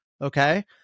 Okay